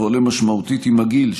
ועולה משמעותית עם הגיל,